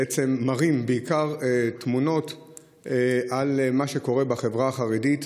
בעיקר תמונות על מה שקורה בחברה החרדית.